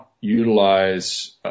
utilize